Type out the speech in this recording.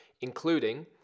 including